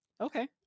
Okay